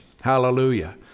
Hallelujah